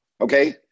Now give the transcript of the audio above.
Okay